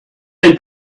and